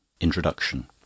Introduction